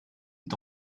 est